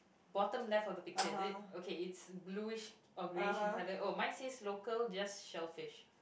bottom left of the picture is it okay it's bluish or greyish in colour oh mine says local just shellfish